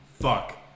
Fuck